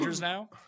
now